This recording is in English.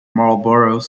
marlborough